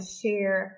share